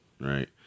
right